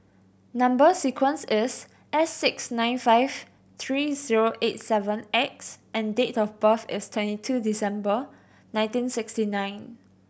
number sequence is S six nine five three zero eight seven X and date of birth is twenty two December nineteen sixty nine